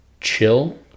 chill